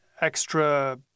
extra